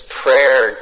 prayer